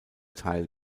teil